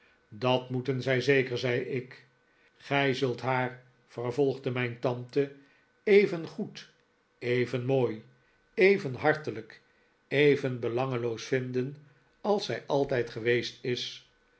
dat moeten zij zeker zei ik gij zult haar vervolgde mijn tante even goed even mooi even hartelijk even belangeloos vinden als zij altijd geweest is